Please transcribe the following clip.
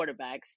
quarterbacks